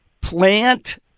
Plant